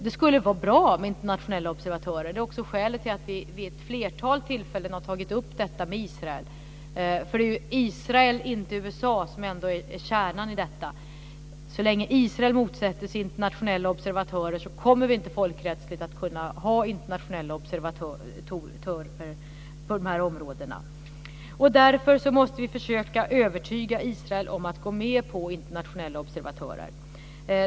Det skulle vara bra med internationella observatörer. Det är också skälet till att vi vid ett flertal tillfällen har tagit upp detta med Israel. Det är ju Israel och inte USA som ändå är kärnan i detta. Så länge Israel motsätter sig internationella observatörer så kommer vi inte folkrättsligt att kunna ha internationella observatörer i dessa områden. Därför måste vi försöka övertyga Israel om att gå med på att man har internationella observatörer.